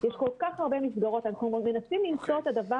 יש כל כך הרבה מסגרות ואנחנו מנסים למצוא את הדבר